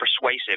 persuasive